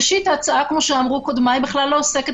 ראשית, ההצעה, כפי שנאמר, אינה עוסקת